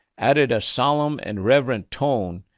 added a solemn and reverent tone,